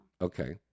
Okay